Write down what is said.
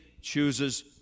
chooses